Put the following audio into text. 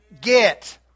Get